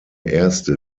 erste